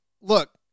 look